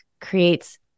creates